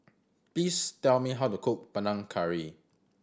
please tell me how to cook Panang Curry